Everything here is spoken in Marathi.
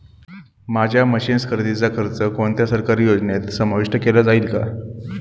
माझ्या मशीन्स खरेदीचा खर्च कोणत्या सरकारी योजनेत समाविष्ट केला जाईल का?